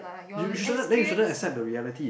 you shouldn't then you shouldn't accept the reality